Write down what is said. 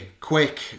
quick